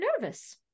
nervous